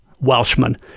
Welshman